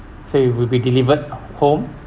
so it would be delivered home